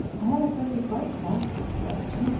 i have a perfect right to ask this question,